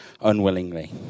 unwillingly